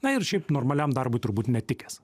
na ir šiaip normaliam darbui turbūt netikęs